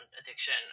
addiction